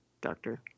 doctor